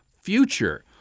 future